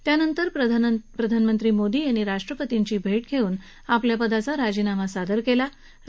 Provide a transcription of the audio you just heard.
त्यानंतर प्रधानमंत्री मोदी यांनी राष्ट्रपतींची भाग्वस्तिन आपल्या पदाचा राजीनामा सादर कल्ता